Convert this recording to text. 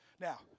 Now